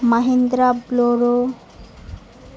Mahindra Bolero